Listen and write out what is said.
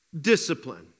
Discipline